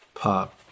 Pop